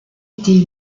été